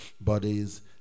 bodies